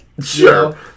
Sure